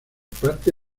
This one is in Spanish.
parte